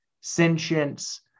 sentience